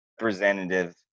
representative